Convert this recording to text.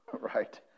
Right